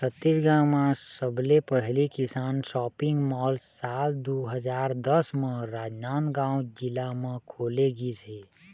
छत्तीसगढ़ म सबले पहिली किसान सॉपिंग मॉल साल दू हजार दस म राजनांदगांव जिला म खोले गिस हे